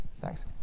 thanks